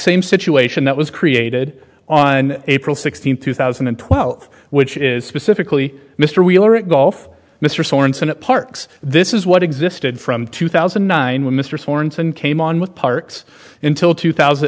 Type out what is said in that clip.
same situation that was created on april sixteenth two thousand and twelve which is specifically mr wheeler at golf mr sorenson at parkes this is what existed from two thousand and nine when mr thornton came on with parks until two thousand